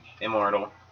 immortal